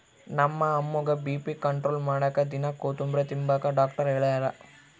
ನಮ್ಮ ಅಮ್ಮುಗ್ಗ BP control ಮಾಡಾಕ ದಿನಾ ಕೋತುಂಬ್ರೆ ತಿಂಬಾಕ ಡಾಕ್ಟರ್ ಹೆಳ್ಯಾರ